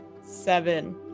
seven